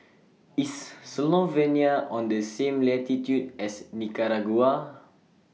IS Slovenia on The same latitude as Nicaragua